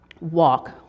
walk